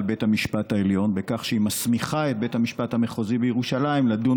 בית המשפט העליון בכך שהיא מסמיכה את בית המשפט המחוזי בירושלים לדון